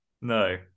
No